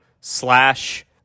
slash